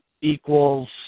equals